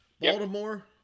Baltimore